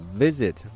visit